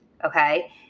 Okay